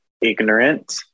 ignorant